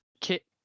Kit